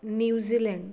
New Zealand